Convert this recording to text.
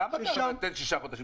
למה אתה נותן שישה חודשים?